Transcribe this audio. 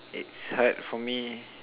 it's hard for me